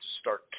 start